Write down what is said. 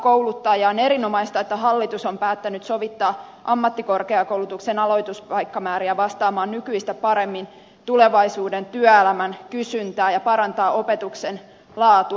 on erinomaista että hallitus on päättänyt sovittaa ammattikorkeakoulutuksen aloituspaikkamääriä vastaamaan nykyistä paremmin tulevaisuuden työelämän kysyntään ja parantaa opetuksen laatua